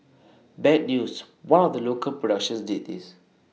bad news one of the local productions did this